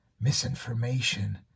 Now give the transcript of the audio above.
misinformation